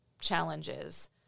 challenges